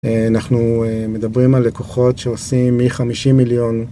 אנחנו מדברים על לקוחות שעושים מ-50 מיליון.